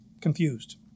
confused